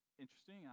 interesting